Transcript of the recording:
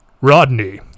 Rodney